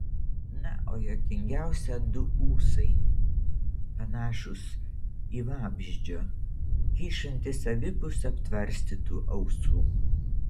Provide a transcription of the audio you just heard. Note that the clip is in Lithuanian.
na o juokingiausia du ūsai panašūs į vabzdžio kyšantys abipus aptvarstytų ausų